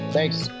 Thanks